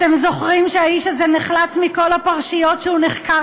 אתם זוכרים שהאיש הזה נחלץ מכל הפרשיות שהוא נחקר